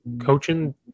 coaching